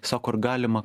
sako ar galima